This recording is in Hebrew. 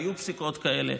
והיו פסיקות כאלה,